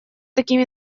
таким